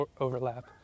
overlap